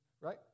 right